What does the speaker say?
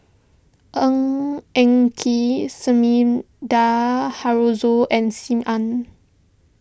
Ng Eng Kee Sumida Haruzo and Sim Ann